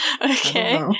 Okay